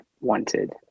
wanted